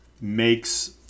makes